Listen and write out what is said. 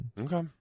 Okay